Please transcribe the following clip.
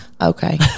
okay